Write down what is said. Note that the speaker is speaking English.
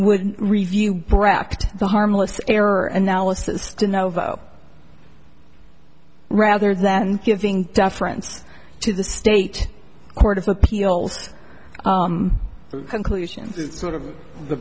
would review bracht the harmless error analysis to novo rather than giving deference to the state court of appeals conclusion it's sort of the